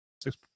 six